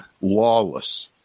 lawless